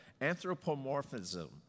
anthropomorphism